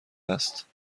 است